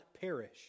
perish